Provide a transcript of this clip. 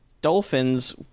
dolphins